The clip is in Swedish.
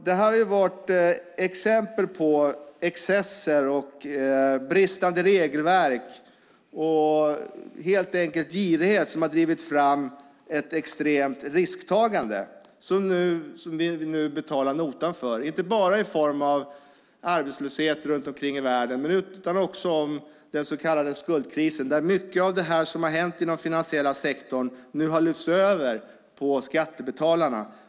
Det har funnits exempel på excesser, bristande regelverk och girighet som har drivit fram ett extremt risktagande som vi nu betalar notan för inte bara i form av arbetslöshet runt om i världen utan också i form av den så kallade skuldkrisen. Mycket av det som har hänt inom den finansiella sektorn har nu lyfts över på skattebetalarna.